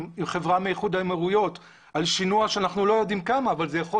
חברה מאיחוד האמירויות על שינוע של אנחנו לא יודעים כמה אבל זה יכול